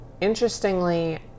interestingly